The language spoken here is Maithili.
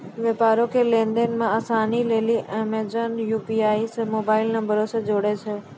व्यापारो के लेन देन मे असानी लेली अमेजन यू.पी.आई सेबा मोबाइल नंबरो से जोड़ै छै